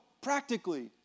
practically